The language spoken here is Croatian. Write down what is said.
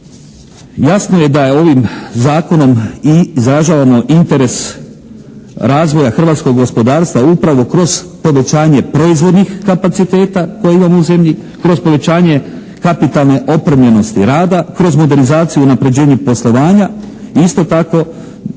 jasno je da je ovim zakonom izražavamo i interes razvoja hrvatskog gospodarstva upravo kroz povećanje proizvodnih kapaciteta koje imamo u zemlji, kroz povećanje kapitalne opremljenosti rada, kroz modernizaciju unaprjeđenje poslovanje i isto tako